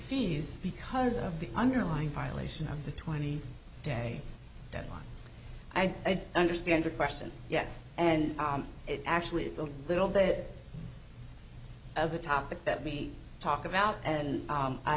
fees because of the underlying violation of the twenty day deadline i understand your question yes and actually it's a little bit of a topic that we talk about and